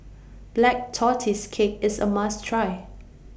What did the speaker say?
Black Tortoise Cake IS A must Try